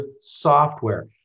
software